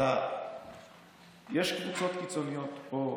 שיש קבוצות קיצוניות פה ופה.